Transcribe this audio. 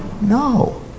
No